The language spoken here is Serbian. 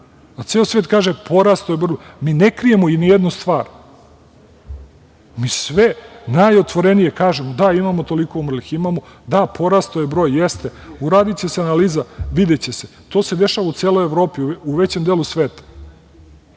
Ceo svet kaže porastao je broj. Mi ne krijemo ni jednu stvar, mi sve najotvorenije kažemo – da, imamo toliko umrlih, porastao je broj, jeste. Uradiće se analiza, videće se. To se dešava u celoj Evropi, u većem delu sveta.